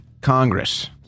Congress